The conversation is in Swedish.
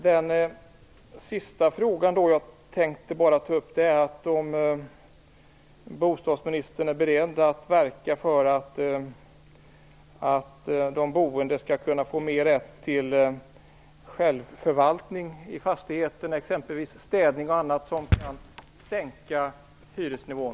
Den sista fråga jag tänkte ta upp gäller om bostadsministern är beredd att verka för att de boende skall få mer rätt till självförvaltning i fastigheterna, exempelvis när det gäller städning och annat, som kan sänka hyresnivån.